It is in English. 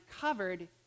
covered